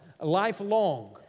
lifelong